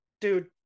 dude